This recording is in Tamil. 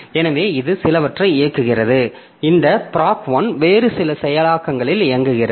எனவே இது சிலவற்றை இயக்குகிறது இந்த proc1 வேறு சில செயலாக்கங்களில் இயங்குகிறது